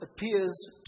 appears